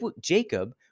Jacob